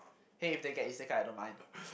hey if they get I don't mind